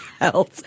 else